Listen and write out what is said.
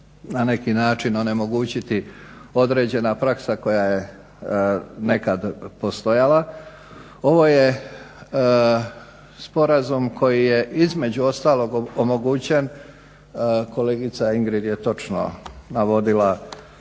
na neki način onemogućiti određena praksa koja je nekad postojala. Ovo je sporazum koji je između ostalog omogućen, kolegica Ingrid je točno navodila